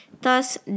thus